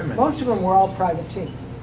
most of them were all private teams.